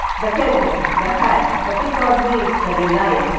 the cabin, the hat, the pequod meets the delight,